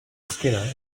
skinner